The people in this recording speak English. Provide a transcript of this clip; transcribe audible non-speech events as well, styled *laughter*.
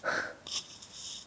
*breath*